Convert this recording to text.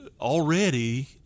already